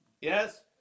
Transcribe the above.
Yes